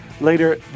later